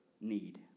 need